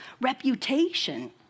reputation